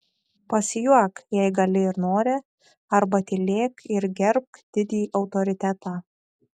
pasijuok jei gali ir nori arba tylėk ir gerbk didį autoritetą